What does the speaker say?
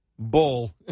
bull